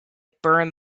burned